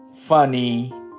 funny